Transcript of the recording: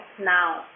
now